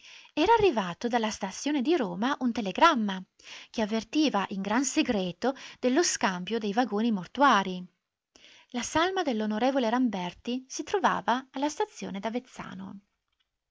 era arrivato dalla stazione di roma un telegramma che avvertiva in gran segreto dello scambio dei vagoni mortuarii la salma dell'on ramberti si trovava alla stazione d'avezzano